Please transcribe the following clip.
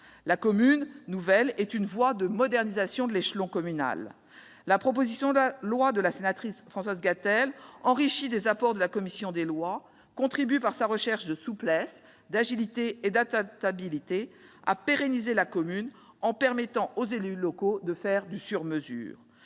La commune nouvelle est une voie de modernisation de l'échelon communal. La proposition de loi de la sénatrice Françoise Gatel, enrichie des apports de la commission des lois, contribuera par sa recherche de souplesse, d'agilité et d'adaptabilité à pérenniser la commune, en permettant aux élus locaux de faire du sur mesure.